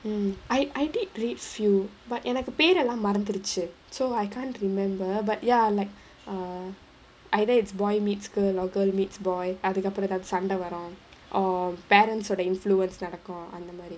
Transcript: mm I I did read few but எனக்கு பேரெல்லா மறந்திருச்சு:enakku paerellaa maranthiruchu so I can't remember but ya like err either it's boy meets girl or girl meets boy அதுகப்பறம் எதாவது சண்ட வரு:athukkapparam ethaavathu sanda varu or parents ஓட:oda influence நடக்கு அந்தமாரி:nadakku anthamari